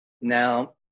Now